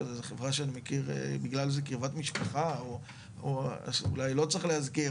זו חברה שאני מכיר בגלל איזו קרבת משפחה או אולי לא צריך להזכיר,